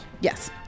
Yes